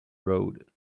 road